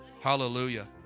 Hallelujah